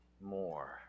more